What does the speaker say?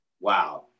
wow